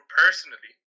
personally